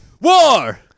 War